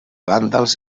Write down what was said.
vàndals